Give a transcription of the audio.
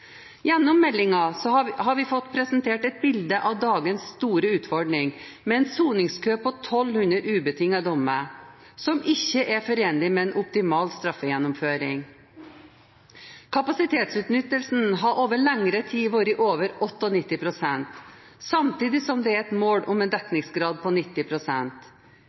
Gjennom meldingen har vi fått presentert et bilde av dagens store utfordring, med en soningskø på 1 200 ubetingede dommer, som ikke er forenlig med en optimal straffegjennomføring. Kapasitetsutnyttelsen har over lengre tid vært på over 98 pst., samtidig som det er et mål om en dekningsgrad på